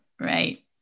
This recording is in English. Right